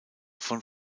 von